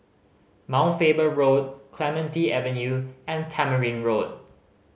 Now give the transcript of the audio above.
Mount Faber Road Clementi Avenue and Tamarind Road